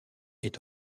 est